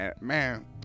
man